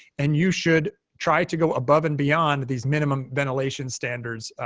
and you should try to go above and beyond these minimum ventilation standards,